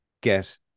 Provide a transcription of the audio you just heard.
get